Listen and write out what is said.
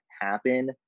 happen